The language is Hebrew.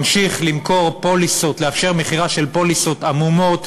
ממשיך לאפשר מכירה של פוליסות עמומות,